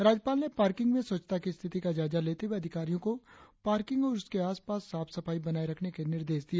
राज्यपाल ने पार्किंग में स्वच्छता की स्थिति का जायजा लेते हुए अधिकारियों को पार्किंग और उसके आस पास साफ सफाई बनाए रखने के निर्देश दिए